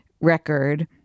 record